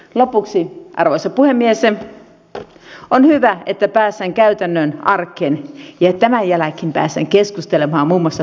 lopuksi arvoisa puhemies on hyvä että päästään käytännön arkeen ja että tämän jälkeen päästään keskustelemaan muun muassa tuottovaatimuksesta